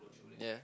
ya